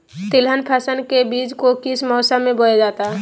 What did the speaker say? तिलहन फसल के बीज को किस मौसम में बोया जाता है?